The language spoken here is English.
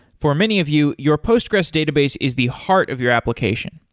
for many of you, your postgres database is the heart of your application.